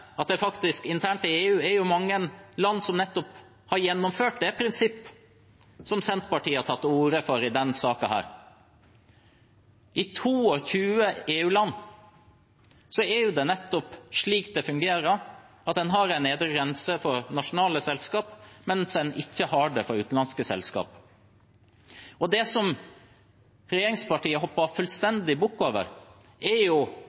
at det internt i EU faktisk er mange land som har gjennomført det prinsippet Senterpartiet har tatt til orde for i denne saken. I 22 EU-land fungerer det nettopp slik at en har en nedre grense for nasjonale selskap, mens en ikke har det for utenlandske selskap. Det